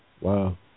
Wow